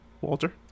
Walter